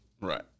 right